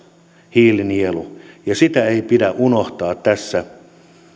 hiilinielu ja sitä ei pidä unohtaa tässä